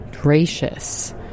gracious